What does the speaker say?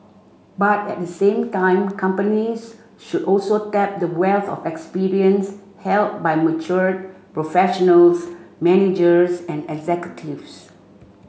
but at the same time companies should also tap the wealth of experience held by mature professionals managers and executives